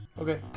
Okay